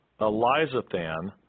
Elizathan